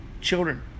Children